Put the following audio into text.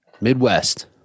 Midwest